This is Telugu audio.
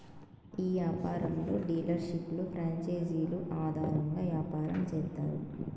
ఈ యాపారంలో డీలర్షిప్లు ప్రాంచేజీలు ఆధారంగా యాపారం చేత్తారు